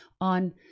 on